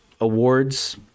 awards